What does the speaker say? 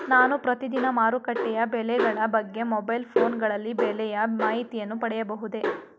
ನಾನು ಪ್ರತಿದಿನ ಮಾರುಕಟ್ಟೆಯ ಬೆಲೆಗಳ ಬಗ್ಗೆ ಮೊಬೈಲ್ ಫೋನ್ ಗಳಲ್ಲಿ ಬೆಲೆಯ ಮಾಹಿತಿಯನ್ನು ಪಡೆಯಬಹುದೇ?